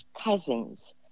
cousins